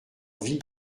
vie